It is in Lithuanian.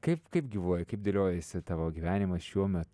kaip kaip gyvuoji kaip dėliojasi tavo gyvenimas šiuo met